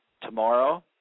tomorrow